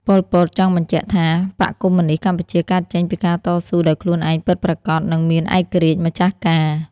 ប៉ុល ពត ចង់បញ្ជាក់ថា បក្សកុម្មុយនីស្តកម្ពុជាកើតចេញពីការតស៊ូដោយខ្លួនឯងពិតប្រាកដ និងមានឯករាជ្យម្ចាស់ការ។